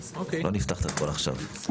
לא נפתח את הכל עכשיו.